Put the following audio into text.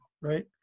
right